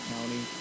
County